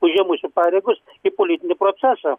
užėmusiu pareigos į politinį procesą